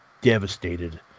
devastated